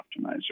optimizer